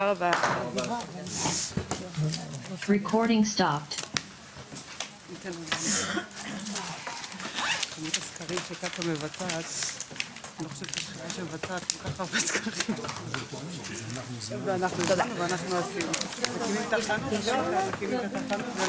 הישיבה ננעלה בשעה 12:21.